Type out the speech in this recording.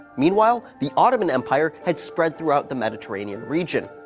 meanwhile, the ottoman empire had spread throughout the mediterranean region.